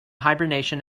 hibernation